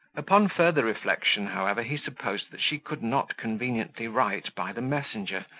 upon further reflection, however, he supposed that she could not conveniently write by the messenger,